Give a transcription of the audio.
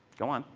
go on